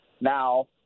Now